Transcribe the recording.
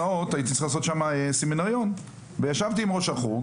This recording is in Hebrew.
הייתי צריך לעשות שמה סמינריון וישבתי עם ראש החוג